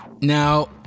Now